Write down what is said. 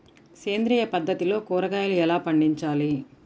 సేంద్రియ పద్ధతిలో కూరగాయలు ఎలా పండించాలి?